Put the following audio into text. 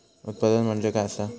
उत्पादन म्हणजे काय असा?